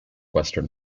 western